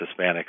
Hispanics